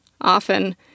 Often